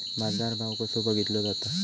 बाजार भाव कसो बघीतलो जाता?